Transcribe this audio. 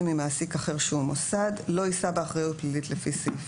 ממעסיק אחר שהוא מוסד לא יישא באחריות פלילית לפי סעיף